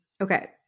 Okay